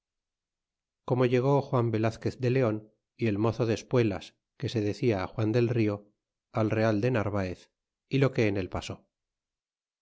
como llegó juan velazquez de leon y el mozo de espuelas que se decia juan del rio al real de narvaer y lo que en el pasó